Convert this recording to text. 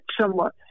somewhat